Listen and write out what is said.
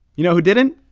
you know who didn't?